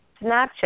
Snapchat